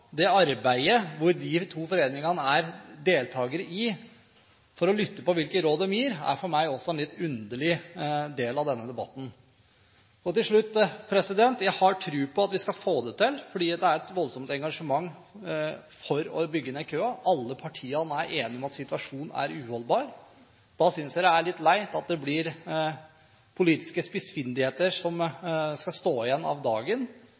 det arbeidet, der de to foreningene er deltagere, for å lytte på hvilke råd de gir, er for meg også en litt underlig del av denne debatten. Til slutt: Jeg har tro på at vi skal få det til, for det er et voldsomt engasjement for å bygge ned køen. Alle partiene er enige om at situasjonen er uholdbar. Da synes jeg det er litt leit at det blir politiske spissfindigheter som står igjen etter dagen,